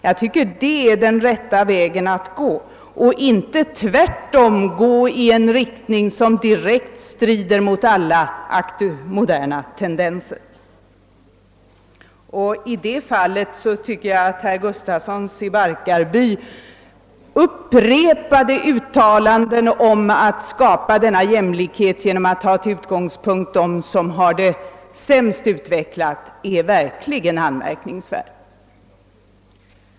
Jag tycker att det borde vara den rätta vägen att gå i stället för att välja en väg som direkt strider mot alla moderna tendenser. I det fallet tycker jag att herr Gustafssons i Barkarby upprepade uttalanden om att :skapa denna jämlikhet genom att som utgångspunkt ta dem som har det sämst utvecklat verkligen är anmärkningsvärda.